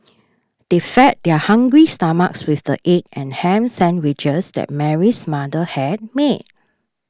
they fed their hungry stomachs with the egg and ham sandwiches that Mary's mother had made